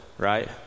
right